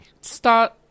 start